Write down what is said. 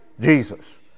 Jesus